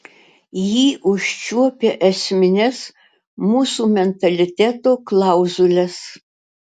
ji užčiuopia esmines mūsų mentaliteto klauzules